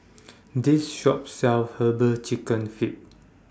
This Shop sells Herbal Chicken Feet